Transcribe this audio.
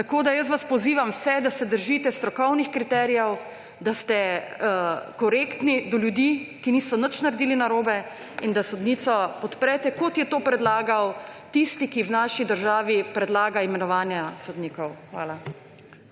Tako vas pozivam vse, da se držite strokovnih kriterijev, da ste korektni do ljudi, ki niso nič naredili narobe, in da sodnico podprete, kot je to predlagal tisti, ki v naši državi predlaga imenovanja sodnikov. Hvala.